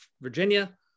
virginia